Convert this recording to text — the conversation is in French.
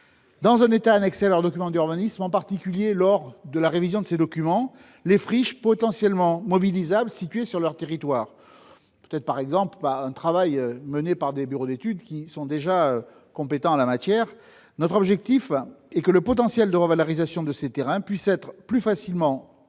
dans un état annexé à leurs documents d'urbanisme, en particulier lors de la révision de ces documents, les friches potentiellement mobilisables situées sur leur territoire. Ce travail pourrait, par exemple, être mené par des bureaux d'études, qui sont déjà compétents en la matière. Notre objectif est que le potentiel de revalorisation de ces terrains puisse être plus facilement identifié,